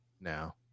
now